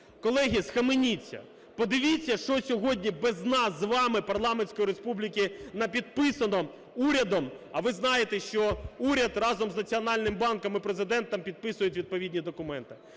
Колеги, схаменіться. Подивіться, що сьогодні без нас з вами, парламентської республіки, напідписано урядом. А ви знаєте, що уряд разом з Національним банком і Президентом підписують відповідні документи.